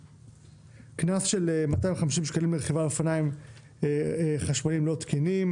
קנס של 250 שקלים לרכיבה על אופניים חשמליים לא תקינים